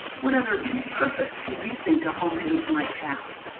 what other purpose do you think a home page might have?